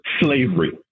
slavery